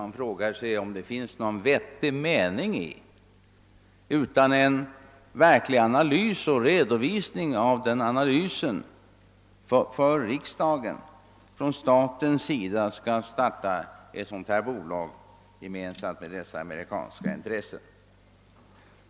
Man frågar sig om det finns någon vettig mening i att staten, utan en verklig analys och redovisning av den analysen för riksdagen, skall starta ett sådant här bolag tillsammans med de amerikanska intressena.